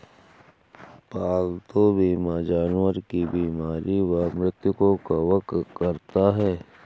पालतू बीमा जानवर की बीमारी व मृत्यु को कवर करता है